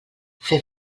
fer